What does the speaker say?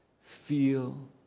feel